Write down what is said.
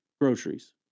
groceries